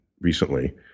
recently